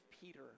Peter